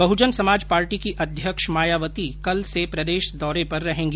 बहुजन Samaj party की अध्यक्ष मायावती कल से प्रदेश दौरे पर रहेंगी